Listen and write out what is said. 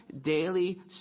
daily